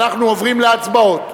ואנחנו עוברים להצבעות.